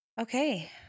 Okay